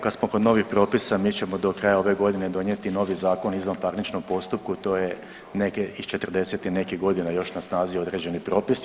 Kad smo kod novih propisa mi ćemo do kraja ove godine donijeti i novi Zakon o izvanparničnom postupku to je neke, iz '40. i nekih godina još na snazi određeni propisi.